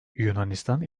yunanistan